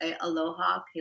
Aloha